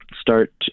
start